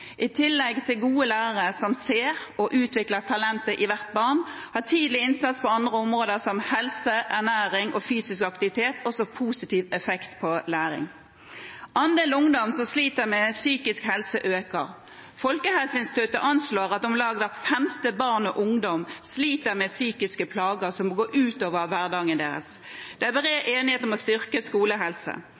I tillegg til gode lærere som ser og utvikler talentet i hvert barn, har tidlig innsats på andre områder, som helse, ernæring og fysisk aktivitet, også positiv effekt for læring. Andelen ungdom som sliter med psykisk helse, øker. Folkehelseinstituttet anslår at om lag hvert femte barn og ungdom sliter med psykiske plager som går ut over hverdagen deres. Det er bred enighet om å styrke